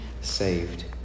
saved